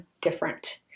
different